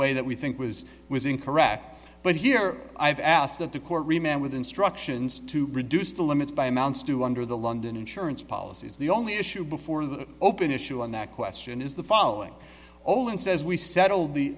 way that we think was was incorrect but here i have asked that the court remain with instructions to reduce the limits by amounts to under the london insurance policies the only issue before the open issue on that question is the following over and says we settled the